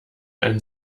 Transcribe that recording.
ein